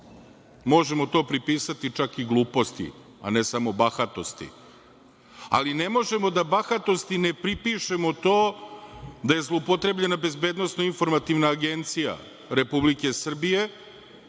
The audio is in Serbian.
Možemo to pripisati čak i gluposti, a ne samo bahatosti. Ali, ne možemo da bahatosti ne pripišemo to da je zloupotrebljena Bezbednosno-informativna agencija Republike Srbije,